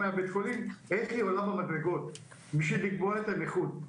מבית חולים איך היא עולה במדרגות כדי לקבוע את הנכות.